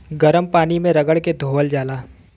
गरम पानी मे रगड़ के धोअल जाला